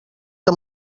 que